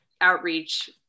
outreach